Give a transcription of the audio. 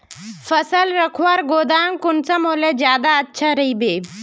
फसल रखवार गोदाम कुंसम होले ज्यादा अच्छा रहिबे?